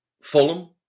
Fulham